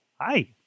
Hi